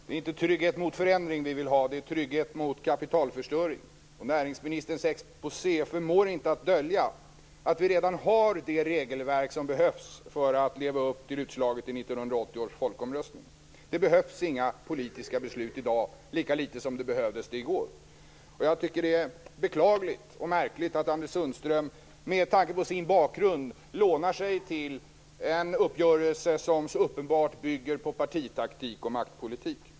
Herr talman! Det är inte trygghet mot förändring som vi vill ha. Det är trygghet mot kapitalförstöring. Näringsministerns exposé förmår inte att dölja att vi redan har det regelverk som behövs för att leva upp till utslaget i 1980 års folkomröstning. Det behövs inga politiska beslut i dag, lika litet som det behövdes sådana i går. Det är beklagligt och märkligt att Anders Sundström med tanke på sin bakgrund lånar sig till en uppgörelse som så uppenbart bygger på partitaktik och maktpolitik.